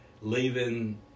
leaving